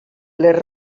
les